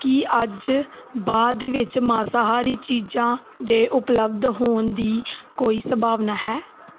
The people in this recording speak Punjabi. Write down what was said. ਕੀ ਅੱਜ ਬਾਅਦ ਵਿੱਚ ਮਾਸਾਹਾਰੀ ਚੀਜ਼ਾਂ ਦੇ ਉਪਲੱਬਧ ਹੋਣ ਦੀ ਕੋਈ ਸੰਭਾਵਨਾ ਹੈ